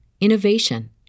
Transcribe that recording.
innovation